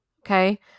okay